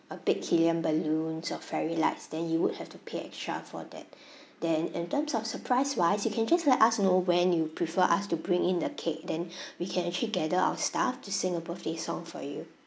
a big helium balloons or fairy lights then you would have to pay extra for that then in terms of surprise wise you can just let us know when you prefer us to bring in the cake then we can actually gather our staff to sing a birthday song for you